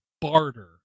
barter